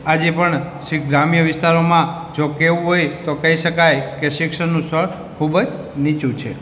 આજે પણ છેક ગ્રામ્ય વિસ્તારોમાં જો કહેવું હોય તો કહી શકાય કે શિક્ષણનું સ્તર ખૂબ જ નીચું છે